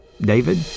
David